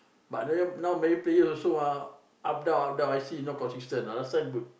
but now Man-U players also ah up down up down not consistent last time good